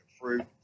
fruit